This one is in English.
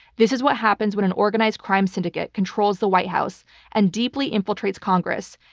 this is what happens when an organized crime syndicate controls the white house and deeply infiltrates congress.